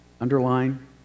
Underline